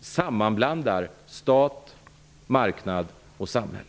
sammanblandar stat, marknad och samhälle.